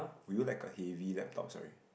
would you like a heavy laptop sorry